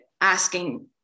asking